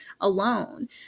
alone